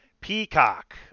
Peacock